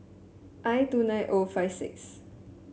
I two nine O five six